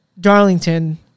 Darlington